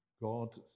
God